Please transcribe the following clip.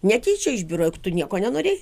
netyčia išbiro juk tu nieko nenorėjai